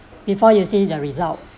before you see the result